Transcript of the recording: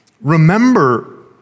remember